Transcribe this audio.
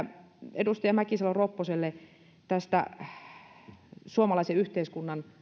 edustaja mäkisalo ropposelle suomalaisen yhteiskunnan